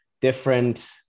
different